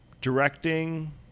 Directing